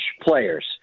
players